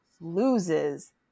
loses